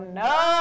no